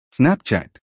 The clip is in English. Snapchat